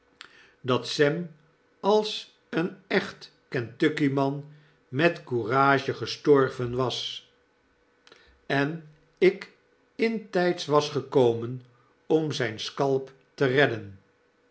dat sem als eenechtkentuckyman met courage gestorven was en ik intyds was gekomen om zijn scalp te redden